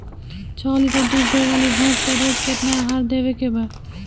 छह लीटर दूध देवे वाली भैंस के रोज केतना आहार देवे के बा?